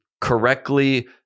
correctly